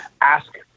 Ask